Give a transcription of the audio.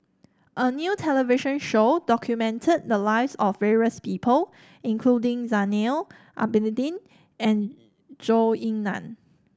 a new television show documented the lives of various people including Zainal Abidin and Zhou Ying Nan